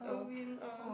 a win or